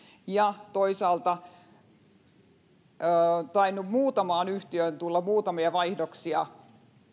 ja toisaalta on tainnut muutamaan yhtiöön tulla muutamia vaihdoksia